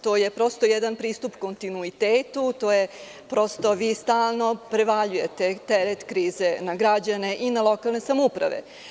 To je prosto jedan pristup kontinuitetu, vi stalno prevaljujete teret krize na građane i na lokalne samouprave.